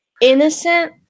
Innocent